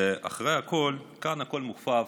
שאחרי הכול כאן הכול מוכפף,